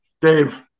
Dave